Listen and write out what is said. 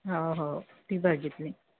हो हो ती बघितली